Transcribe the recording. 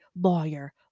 lawyer